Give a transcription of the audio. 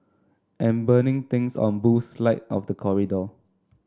and burning things on Boo's slide of the corridor